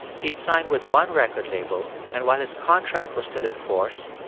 he'd sign with one record label and while his contract was still in force,